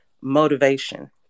motivation